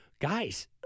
guys